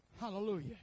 Hallelujah